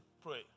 pray